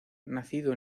nacido